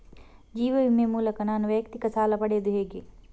ಜೀವ ವಿಮೆ ಮೂಲಕ ನಾನು ವೈಯಕ್ತಿಕ ಸಾಲ ಪಡೆಯುದು ಹೇಗೆ?